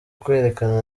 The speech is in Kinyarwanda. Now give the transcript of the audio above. kwerekana